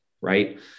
right